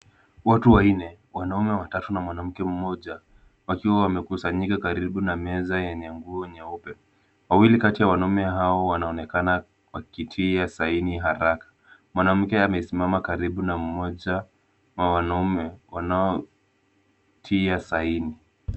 Watu wanne, wanaume watatu na mwanamke mmoja wakiwa wamekusanyika karibu na meza yenye nguo nyeupe. Wawili kati ya wanaume hao wanaonekana wakitia saini haraka. Mwanamke amesimama karibu na mmoja wa wanaume wanaotia saini.